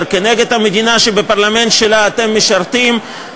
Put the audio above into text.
נגד המדינה שבפרלמנט שלה אתם משרתים,